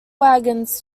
wagons